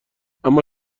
اما